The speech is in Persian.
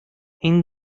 این